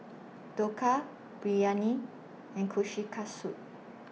Dhokla Biryani and Kushikatsu